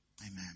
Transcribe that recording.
amen